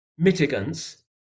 mitigants